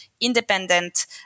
independent